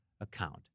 account